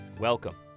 Welcome